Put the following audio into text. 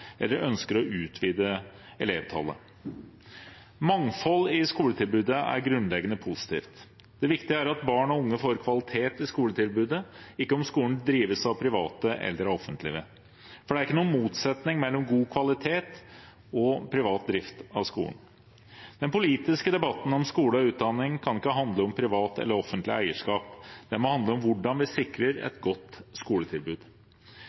eller ønsker å utvide elevtallet. Mangfold i skoletilbudet er grunnleggende positivt. Det viktige er at barn og unge får kvalitet i skoletilbudet, ikke om skolen drives av private eller det offentlige. Det er ikke noen motsetning mellom god kvalitet og privat drift av skolen. Den politiske debatten om skole og utdanning kan ikke handle om privat eller offentlig eierskap, den må handle om hvordan vi sikrer et godt skoletilbud.